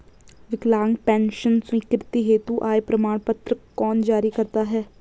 विकलांग पेंशन स्वीकृति हेतु आय प्रमाण पत्र कौन जारी करता है?